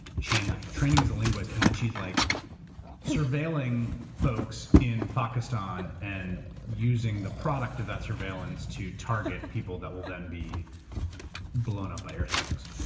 she ends up training as a linguist and then she's like surveilling folks in pakistan and using the product of that surveillance to target people that will then be blown up by airstrikes.